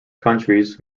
countries